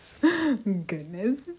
Goodness